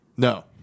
No